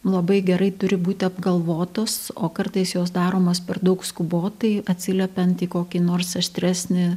labai gerai turi būti apgalvotos o kartais jos daromos per daug skubotai atsiliepiant į kokį nors aštresnį